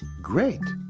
great!